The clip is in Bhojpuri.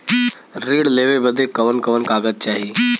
ऋण लेवे बदे कवन कवन कागज चाही?